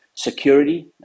Security